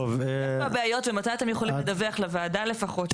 איפה הבעיות ומתי אתם יכולים לדווח לוועדה לפחות?